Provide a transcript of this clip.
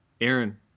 Aaron